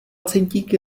centíky